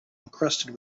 encrusted